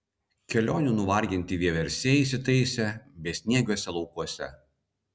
kelionių nuvarginti vieversiai įsitaisė besniegiuose laukuose